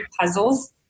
puzzles